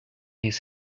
his